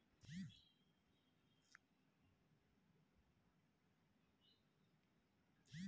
ಕೆಂಪು ಮಸೂರ್ ದಾಲ್ ನಲ್ಲಿ ಫೈಬರ್, ಕಬ್ಬಿಣ, ಮೆಗ್ನೀಷಿಯಂ ಸತ್ವಗಳು ಸಾಕಷ್ಟಿದೆ